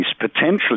potentially